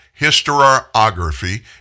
historiography